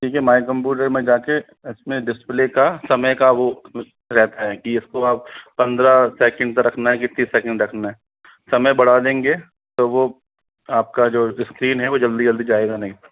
ठीक है my computer में जाके इसमें डिस्प्ले का समय का वो रहता है कि इसको आप पंद्रह सेकंड पे रखना है कितनी सेकंड रखना है समय बढा देंगे तो वो आपका जो इस्क्रीन है वो जल्दी जल्दी जाएगा नहीं